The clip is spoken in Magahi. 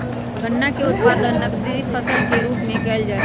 गन्ना के उत्पादन नकदी फसल के रूप में कइल जाहई